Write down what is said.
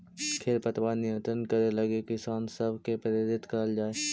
खेर पतवार नियंत्रण करे लगी किसान सब के प्रेरित करल जाए